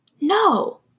No